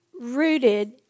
rooted